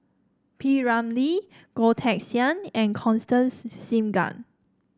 P Ramlee Goh Teck Sian and Constance Singam